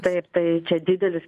taip tai čia didelis